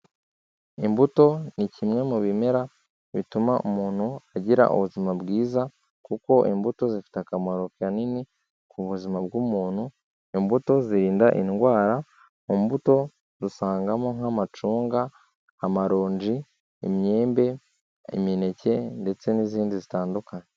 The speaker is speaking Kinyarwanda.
Imbuto ni kimwe mu bimera bituma umuntu agira ubuzima bwiza kuko imbuto zifite akamaro kanini ku buzima bw'umuntu, imbuto zirinda indwara, mu mbuto dusangamo nk'amacunga, amaronji, imyembe, imineke ndetse n'izindi zitandukanye.